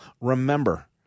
Remember